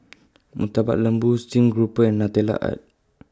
Murtabak Lembu Stream Grouper and Nutella Tart